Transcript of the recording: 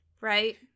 right